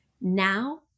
Now